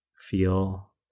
feel